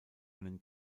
einen